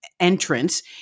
Entrance